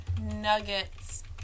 Nuggets